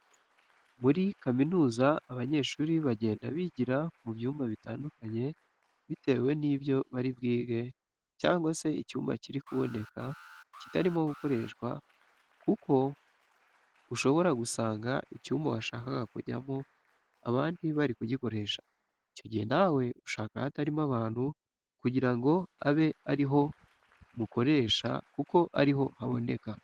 Muri kaminuza abanyeshuri bagenda bigira mu byumba bitandukanye bitewe nibyo bari bwige cyangwa se icyumba kiri kuboneka kitarimo gukoreshwa kuko ushobora gusanga icyumba washakaga kujyamo abandi bari kugikoresha, icyo gihe nawe ushaka ahatarimo abantu kugira ngo abe ariho mukoresha kuko ariho haboneka.